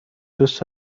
دوست